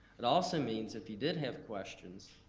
it also means, if you did have questions,